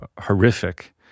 horrific